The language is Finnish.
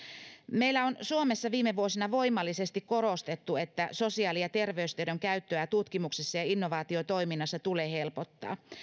meillä on suomessa viime vuosina voimallisesti korostettu että sosiaali ja terveystiedon käyttöä tutkimuksissa ja ja innovaatiotoiminnassa tulee helpottaa